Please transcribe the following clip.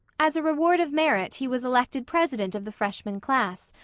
as a reward of merit he was elected president of the freshman class,